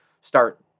start